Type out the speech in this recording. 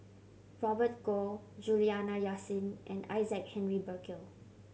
Robert Goh Juliana Yasin and Isaac Henry Burkill